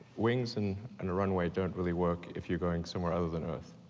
wings and and a runway don't really work if you're going somewhere other than earth.